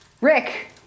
Rick